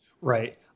Right